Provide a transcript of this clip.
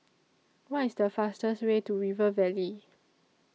What IS The fastest Way to River Valley